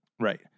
Right